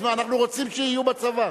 אז מה, אנחנו רוצים שיהיו בצבא.